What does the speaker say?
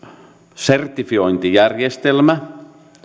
sertifiointijärjestelmä